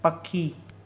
पखी